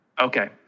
Okay